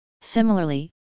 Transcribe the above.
Similarly